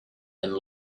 and